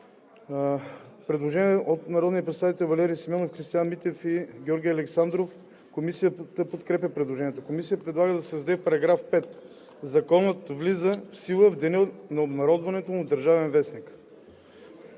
Предложение от народните представители Валери Симеонов, Християн Митев и Георги Александров. Комисията подкрепя предложението. Комисията предлага да се създаде § 5: „§ 5. Законът влиза в сила от деня на обнародването му в „Държавен вестник“.“